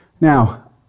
Now